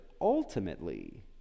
ultimately